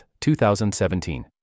2017